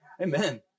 Amen